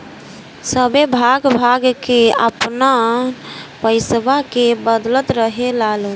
सभे भाग भाग के आपन पइसवा के बदलत रहेला लोग